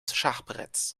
schachbretts